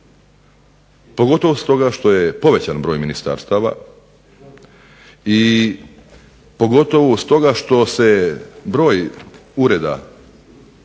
pogotovo stoga što je povećan broj ministarstava i pogotovo stoga što se broj ureda